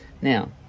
Now